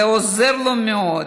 זה עוזר לו מאוד.